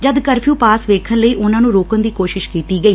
ਜਦ curfew pass ਵੇਖਣ ਲਈ ਉਨਾਂ ਨੰ ਰੋਕਣ ਦੀ ਕੋਸ਼ਿਸ਼ ਕੀਤੀ ਗਈ